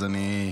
אז אני,